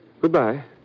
Goodbye